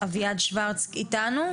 נמצא איתנו?